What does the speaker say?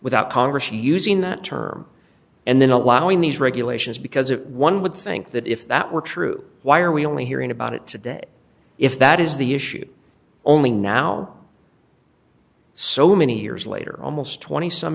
without congress using that term and then allowing these regulations because it one would think that if that were true why are we only hearing about it today if that is the issue only now so many years later almost twenty some